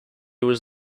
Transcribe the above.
was